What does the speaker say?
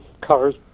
cars